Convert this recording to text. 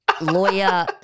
lawyer